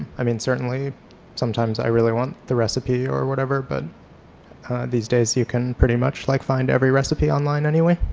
i mean certainly sometimes i really want the recipe or whatever, but these days you can pretty much like find every recipe online anyway.